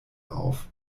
auf